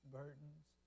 burdens